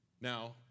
Now